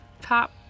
top